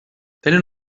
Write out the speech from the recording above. tenen